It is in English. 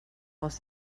was